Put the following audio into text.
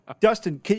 Dustin